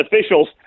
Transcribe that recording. officials